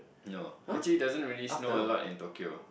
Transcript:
no actually doesn't really snow a lot in Tokyo